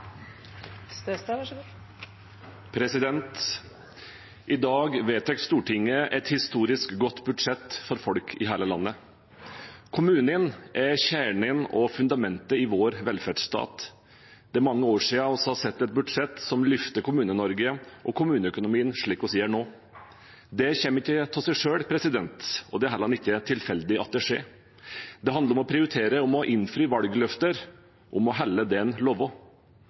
kjernen og fundamentet i vår velferdsstat. Det er mange år siden vi har sett et budsjett som løfter Kommune-Norge og kommuneøkonomien slik vi gjør nå. Det kommer ikke av seg selv, og det er heller ikke tilfeldig at det skjer. Det handler om å prioritere, om å innfri valgløfter – om å holde